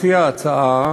מציע ההצעה,